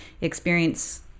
experience